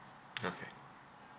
okay